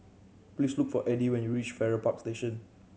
please look for Edie when you reach Farrer Park Station